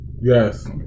yes